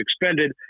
expended